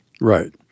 Right